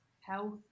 health